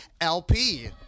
LP